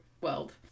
world